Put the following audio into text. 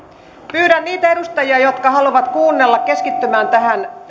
pyydän niitä edustajia jotka haluavat kuunnella keskittymään tähän